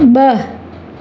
ब॒